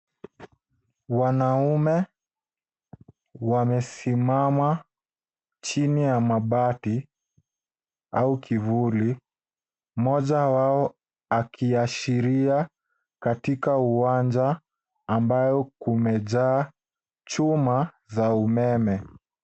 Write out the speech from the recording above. Wanaume wamesimama chini ya mabati au kivuli. Mmoja wao akiashiria katika uwanja ambayo kumejaa chuma za umeme.